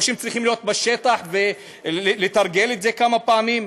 או שהם צריכים להיות בשטח ולתרגל את זה כמה פעמים?